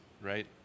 right